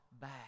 back